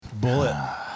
Bullet